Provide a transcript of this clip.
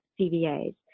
CVA's